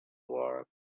work